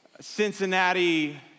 Cincinnati